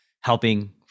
helping